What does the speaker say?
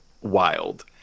wild